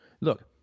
Look